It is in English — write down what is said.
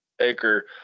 acre